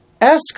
Asks